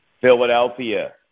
Philadelphia